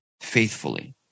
faithfully